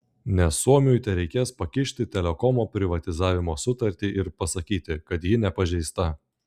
nes suomiui tereikės pakišti telekomo privatizavimo sutartį ir pasakyti kad ji nepažeista